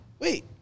Wait